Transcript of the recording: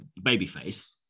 babyface